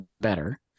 better